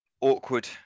awkward